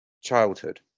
childhood